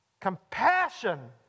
Compassion